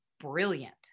brilliant